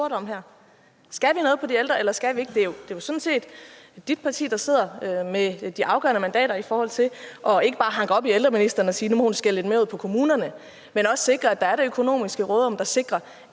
Skal vi noget på ældreområdet, eller skal vi ikke? Det er sådan set dit parti, der sidder med de afgørende mandater i forhold til ikke bare at hanke op i ældreministeren og sige, at nu må hun skælde lidt mere ud på kommunerne, men også i forhold til at sikre, at der er det økonomiske råderum, der sikrer,